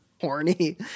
horny